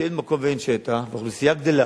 כשאין מקום ואין שטח והאוכלוסייה גדלה,